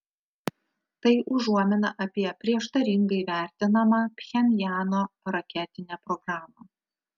tai užuomina apie prieštaringai vertinamą pchenjano raketinę programą